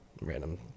random